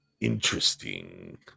interesting